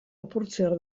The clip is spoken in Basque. apurtzear